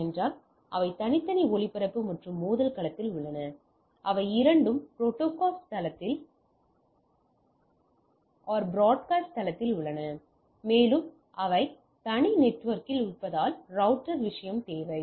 ஏனென்றால் அவை தனித்தனி ஒளிபரப்பு மற்றும் மோதல் களத்தில் உள்ளன அவை இரண்டும் ப்ரோட்காஸ்ட் களத்தில் உள்ளன மேலும் அவை தனி நெட்வொர்க்கில் இருப்பதால் ரௌட்டர் விஷயம் தேவை